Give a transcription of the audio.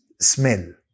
smell